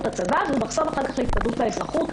בצבא והוא מחסום אחר כך להתקדמות באזרחות,